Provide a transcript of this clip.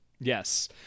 Yes